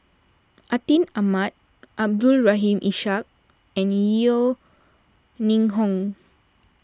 Atin Amat Abdul Rahim Ishak and Yeo Ning Hong